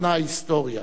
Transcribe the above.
נתנה ההיסטוריה